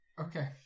okay